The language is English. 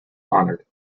honored